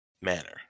manner